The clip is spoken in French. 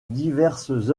diverses